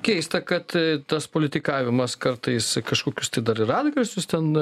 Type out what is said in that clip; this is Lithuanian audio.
keista kad tas politikavimas kartais kažkokius tai dar ir atgarsius ten